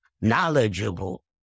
knowledgeable